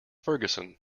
ferguson